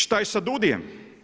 Šta je sa DUUDI-jem?